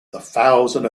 thousand